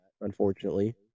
Unfortunately